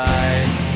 eyes